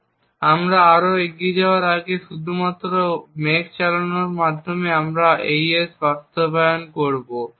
সুতরাং আমরা আরও এগিয়ে যাওয়ার আগে আমরা শুধুমাত্র একটি মেক চালানোর মাধ্যমে এই বিশেষ AES বাস্তবায়ন করব